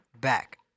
back